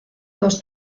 dos